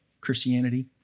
Christianity